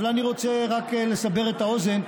אבל אני רוצה רק לסבר את האוזן,